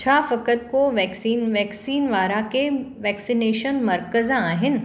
छा फ़क़ति Covaxin vaccine वारा के वैक्सिनेशन मर्कज़ आहिनि